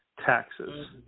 taxes